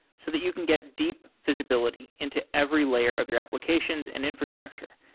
so that you can get deep visibility into every layer of your applications and infrastructure,